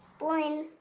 blynn,